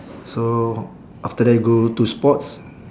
so after that go to sports